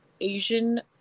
Asian